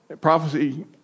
Prophecy